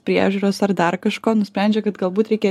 priežiūros ar dar kažko nusprendžia kad galbūt reikia